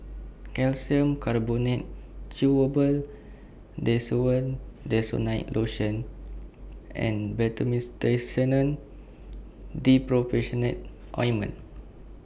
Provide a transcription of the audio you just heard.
Calcium Carbonate Chewable Desowen Desonide Lotion and Ointment